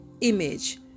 image